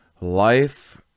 life